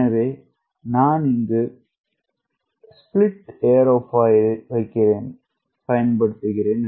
எனவே நன் இங்கு ஸ்ப்ளிட் ஏரோபியில் வைக்கிறேன் பயன்படுத்துகிறேன்